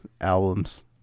albums